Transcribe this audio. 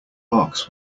barks